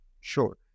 Sure